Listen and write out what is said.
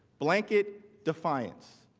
blanket defiance.